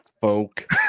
folk